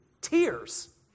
tears